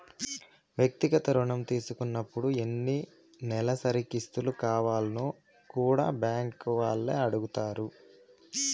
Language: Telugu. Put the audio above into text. వ్యక్తిగత రుణం తీసుకున్నపుడు ఎన్ని నెలసరి కిస్తులు కావాల్నో కూడా బ్యాంకీ వాల్లే అడగతారు